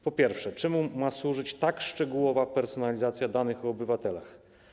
Po pierwsze: Czemu ma służyć tak szczegółowa personalizacja danych o obywatelach?